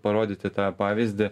parodyti tą pavyzdį